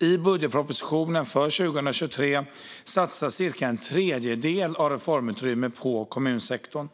I budgetpropositionen för 2023 satsas cirka en tredjedel av reformutrymmet på kommunsektorn.